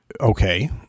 Okay